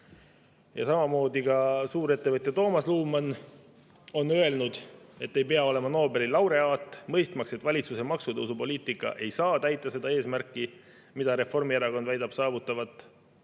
Neivelt. Samamoodi on suurettevõtja Toomas Luman öelnud, et ei pea olema Nobeli laureaat, mõistmaks, et valitsuse maksutõusupoliitika ei saa täita seda eesmärki, mida Reformierakond väidab saavutavat.